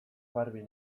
garbi